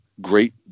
Great